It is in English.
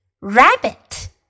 Rabbit